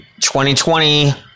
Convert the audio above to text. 2020